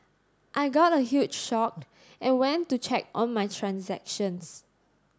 I got a huge shocked and went to check on my transactions